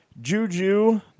Juju